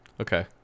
okay